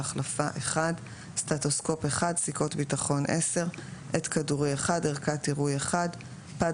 להחלפה 1 סטטוסקופ 1 סיכות ביטחון 10 עט כדורי 1 ערכת עירוי 1 פד